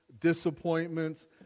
disappointments